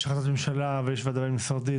יש החלטת ממשלה ויש ועדה בין משרדית